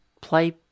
play